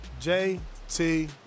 jt